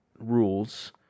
rules